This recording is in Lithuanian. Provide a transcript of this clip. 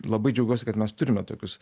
labai džiaugiuosi kad mes turime tokius